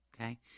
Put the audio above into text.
okay